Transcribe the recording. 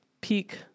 peak